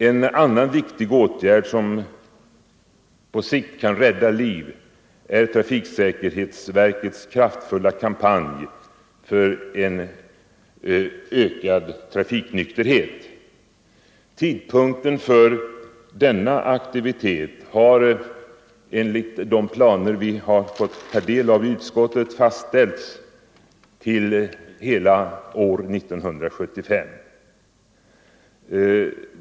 En annan viktig åtgärd som på sikt kan rädda liv är trafiksäkerhetsverkets kraftfulla kampanj för ökad trafiknykterhet. Denna aktivitet skall enligt de planer vi har fått ta del av i utskottet bedrivas under hela år 1975.